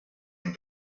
and